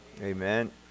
Amen